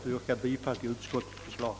Jag yrkar bifall till utskottets förslag.